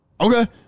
okay